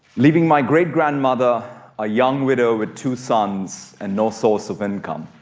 leaving my great grandmother a young widow with two sons and no source of income.